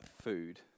food